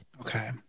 Okay